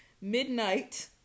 midnight